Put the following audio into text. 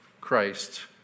Christ